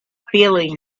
feeling